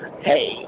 hey